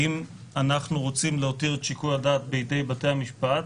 האם אנחנו רוצים להותיר את שיקול הדעת בידי בתי המשפטי,